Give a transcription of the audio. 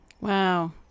Wow